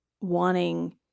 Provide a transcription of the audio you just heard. wanting